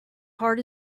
hard